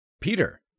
Peter